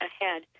ahead